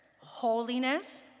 holiness